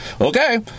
okay